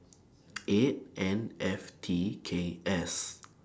eight N F T K S